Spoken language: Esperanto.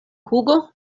hugo